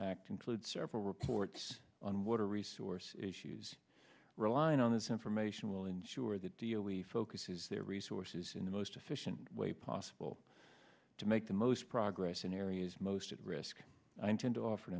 act includes several reports on water resource issues relying on this information will ensure that deal we focuses their resources in the most efficient way possible to make the most progress in areas most at risk i intend to offer